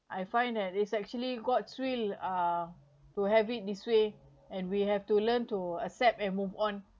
I find that it's actually god's will uh to have it this way and we have to learn to accept and move on